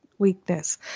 Weakness